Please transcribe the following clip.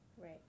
Right